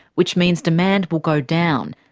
which means demand will go down.